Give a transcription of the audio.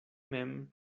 mem